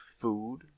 food